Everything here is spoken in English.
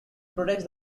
protects